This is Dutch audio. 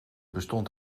bestond